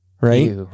right